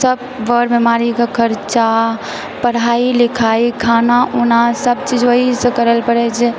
जब बर बेमारीके खर्चा पढ़ाइ लिखाइ खाना उना सब चीज ओहीसँ करै लऽ पड़ै छै